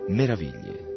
meraviglie